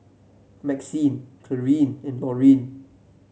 Maxine Clarine and Lorine